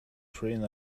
train